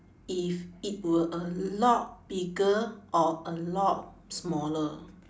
if it were a lot bigger or a lot smaller